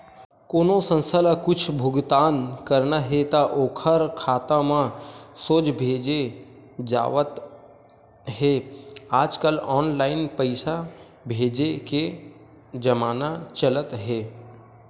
कोनो संस्था ल कुछ भुगतान करना हे त ओखर खाता म सोझ भेजे जावत हे आजकल ऑनलाईन पइसा भेजे के जमाना चलत हे